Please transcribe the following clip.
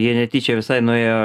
nes jie netyčia visai nuėjo